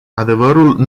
adevărul